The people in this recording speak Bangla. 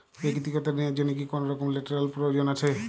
ব্যাক্তিগত ঋণ র জন্য কি কোনরকম লেটেরাল প্রয়োজন আছে?